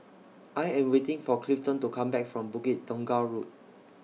I Am waiting For Clifton to Come Back from Bukit Tunggal Road